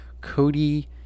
Cody